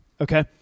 Okay